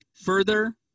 Further